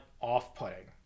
off-putting